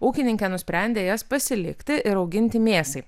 ūkininkė nusprendė jas pasilikti ir auginti mėsai